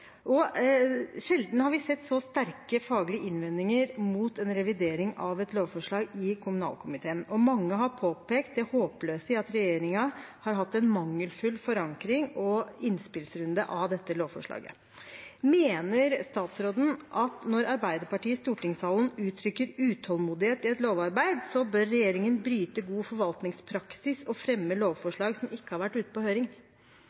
Sjelden har vi sett så sterke faglige innvendinger mot en revidering av et lovforslag i kommunalkomiteen, og mange har påpekt det håpløse i at regjeringen har hatt en mangelfull forankring av og innspillsrunde i forbindelse med dette lovforslaget. Mener statsråden at når Arbeiderpartiet i stortingssalen uttrykker utålmodighet i et lovarbeid, så bør regjeringen bryte god forvaltningspraksis og fremme et lovforslag som ikke har vært ute på høring?